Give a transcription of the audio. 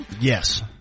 Yes